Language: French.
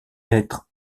être